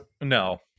No